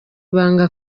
banga